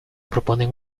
proponen